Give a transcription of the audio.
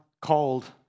called